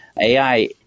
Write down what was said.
AI